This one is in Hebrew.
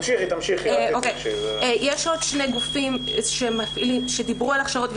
יש עוד שני גופים שדיברו על הכשרות,